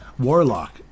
warlock